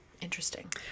Interesting